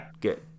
good